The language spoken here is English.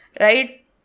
Right